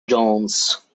jones